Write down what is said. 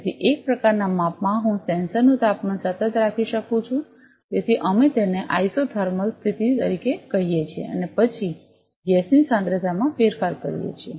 તેથી એક પ્રકારનાં માપમાં હું સેન્સરનું તાપમાન સતત રાખી શકું છું તેથી અમે તેને આઇસોથર્મલ સ્થિતિ તરીકે કહીએ છીએ અને પછી ગેસની સાંદ્રતામાં ફેરફાર કરીએ છીએ